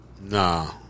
Nah